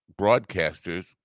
broadcasters